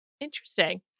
Interesting